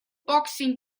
boxing